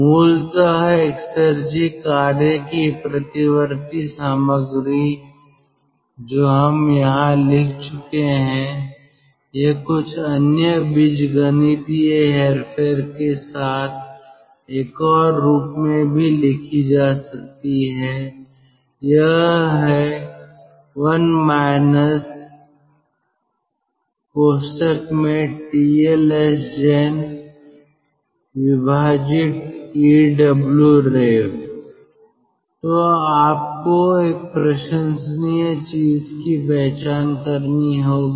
मूलतः एक्सेरजी कार्य की प्रतिवर्ती सामग्री जो हम यहां लिख चुके हैं यह कुछ अन्य बीजगणितीय हेरफेर के साथ एक और रूप में भी लिखी जा सकती है यह है 1 - TLSgenEWrev तो आपको एक प्रशंसनीय चीज की पहचान करनी होगी